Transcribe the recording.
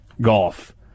golf